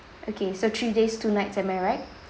okay so three days two nights am I right